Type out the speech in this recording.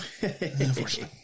Unfortunately